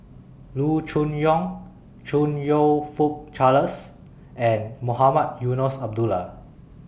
Loo Choon Yong Chong YOU Fook Charles and Mohamed Eunos Abdullah